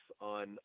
on